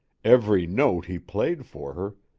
every note he played for her,